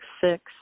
six